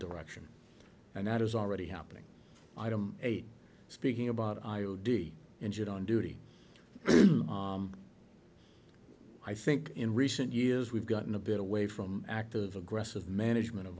direction and that is already happening item eight speaking about i o d injured on duty i think in recent years we've gotten a bit away from active aggressive management of